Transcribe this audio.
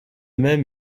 même